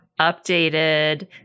updated